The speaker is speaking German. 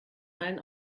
allen